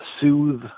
soothe